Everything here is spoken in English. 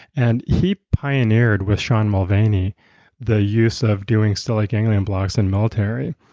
and he pioneered with sean mulvaney the use of doing stellate ganglion blocks in military.